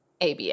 ABA